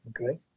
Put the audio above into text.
Okay